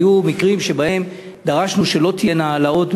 והיו מקרים שבהם דרשנו שלא תהיינה העלאות,